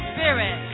Spirit